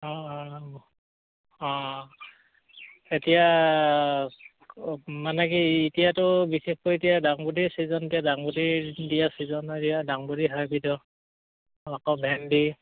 অঁ অঁ অঁ এতিয়া মানে কি এতিয়াতো বিশেষকৈ এতিয়া ডাংবডিৰ ছিজন দিয়া ডাংবডিৰ দিয়া ছিজন হয় এতিয়া ডাংবডি হাইব্ৰীডৰ আকৌ ভেন্দি